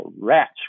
rat's